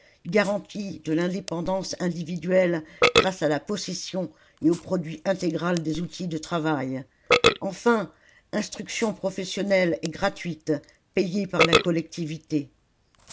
garantie de l'indépendance individuelle grâce à la possession et au produit intégral des outils du travail enfin instruction professionnelle et gratuite payée par la collectivité